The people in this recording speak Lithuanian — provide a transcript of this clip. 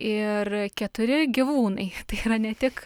ir keturi gyvūnai tai yra ne tik